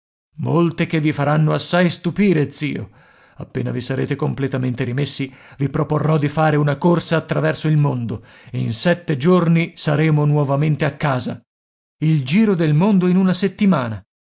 molte che vi faranno assai stupire zio appena vi sarete completamente rimessi vi proporrò di fare una corsa attraverso il mondo in sette giorni saremo nuovamente a casa il giro del mondo in una settimana